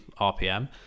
RPM